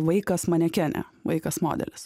vaikas manekenė vaikas modelis